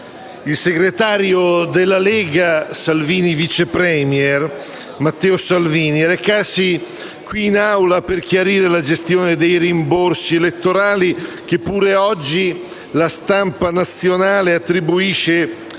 il segretario della Lega e vice *premier* Matteo Salvini a venire in quest'Aula a chiarire la gestione dei rimborsi elettorali, che pure oggi la stampa nazionale attribuisce